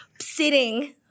sitting